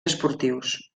esportius